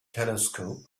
telescope